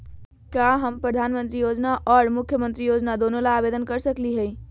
का हम प्रधानमंत्री योजना और मुख्यमंत्री योजना दोनों ला आवेदन कर सकली हई?